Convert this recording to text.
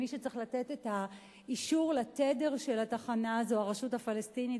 מי שצריכה לתת את האישור לתדר של התחנה זו הרשות הפלסטינית,